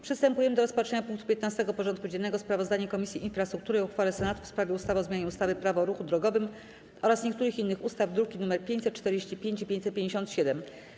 Przystępujemy do rozpatrzenia punktu 15. porządku dziennego: Sprawozdanie Komisji Infrastruktury o uchwale Senatu w sprawie ustawy o zmianie ustawy - Prawo o ruchu drogowym oraz niektórych innych ustaw (druki nr 545 i 557)